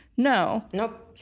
no. nope.